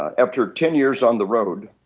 after ten years on the road